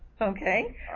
okay